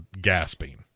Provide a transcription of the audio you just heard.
gasping